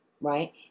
right